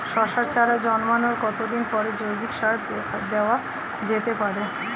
শশার চারা জন্মানোর কতদিন পরে জৈবিক সার দেওয়া যেতে পারে?